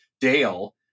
Dale